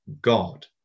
God